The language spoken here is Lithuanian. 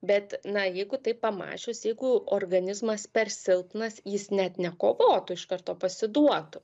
bet na jeigu taip pamąsčius jeigu organizmas per silpnas jis net nekovotų iš karto pasiduotų